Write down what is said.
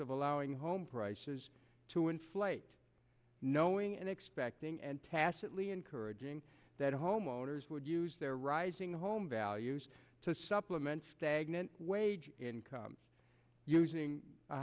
aoun home prices to inflate knowing and expecting and tacitly encouraging that homeowners would use their rising home values to supplement stagnant wage income using